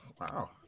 wow